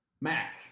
Max